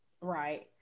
Right